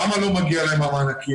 למה לא מגיע להם המענק,